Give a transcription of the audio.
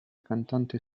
cantante